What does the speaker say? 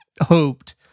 hoped